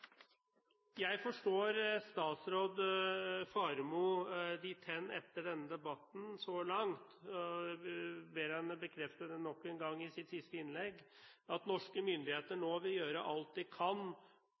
Jeg forstår statsråd Faremo dit hen etter denne debatten så langt – og jeg ber henne bekrefte det nok en gang i sitt siste innlegg – at norske myndigheter